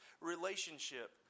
relationship